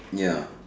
ya